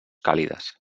càlides